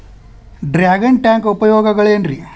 Dragon tank ಉಪಯೋಗಗಳೆನ್ರಿ?